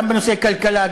גם בנושאי כלכלה,